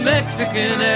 Mexican